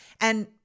And-